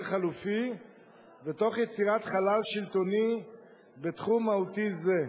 חלופי ותוך יצירת חלל שלטוני בתחום מהותי זה.